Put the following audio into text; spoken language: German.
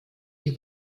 die